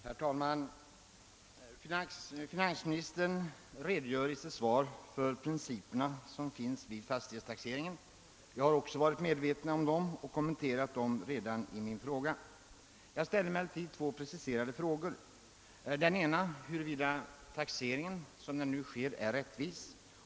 Herr talman! Finansministern redogör i sitt svar för de principer som gäl ler för taxering av skogsfastighet, och dem känner jag till. Jag har redan i min interpellation kommenterat de principerna. Men jag ställde där också två preciserade frågor. Den första var huruvida finansministern anser att den skogstaxering som nu sker är rättvis.